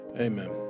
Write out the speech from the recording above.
Amen